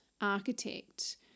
architect